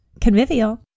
Convivial